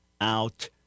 out